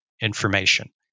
information